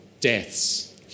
deaths